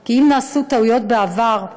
כי אם נעשו טעויות בעבר,